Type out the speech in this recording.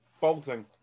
bolting